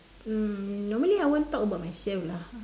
mm normally I won't talk about myself lah